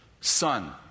son